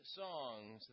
songs